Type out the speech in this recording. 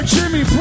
Jimmy